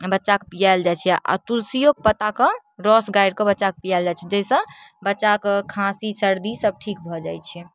बच्चाके पियाओल जाइ छै आओर तुलसियो पत्ताके रस गारिकऽ बच्चाके पियाओल जाइ छै जैसँ बच्चाके खाँसी सर्दी सब ठीक भऽ जाइ छै